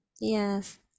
Yes